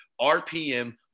RPM